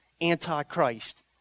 Anti-Christ